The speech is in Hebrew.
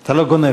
אתה לא גונב.